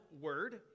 word